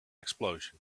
explosion